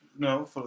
No